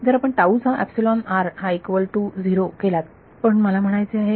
जर आपण टाऊ चा एप्सलोन r हा इक्वल टू 0 केलात पण मला म्हणायचे आहे